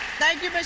thank you but